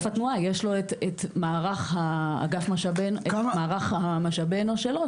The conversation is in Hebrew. לאגף התנועה יש את מערך משאבי האנוש שלו,